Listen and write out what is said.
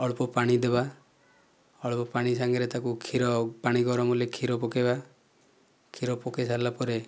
ଅଳ୍ପ ପାଣି ଦେବା ଅଳ୍ପ ପାଣି ସାଙ୍ଗରେ ତାକୁ କ୍ଷୀର ପାଣି ଗରମ ହେଲେ କ୍ଷୀର ପକାଇବା କ୍ଷୀର ପକାଇ ସାରିଲା ପରେ